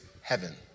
heaven